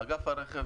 באגף הרכב,